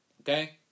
Okay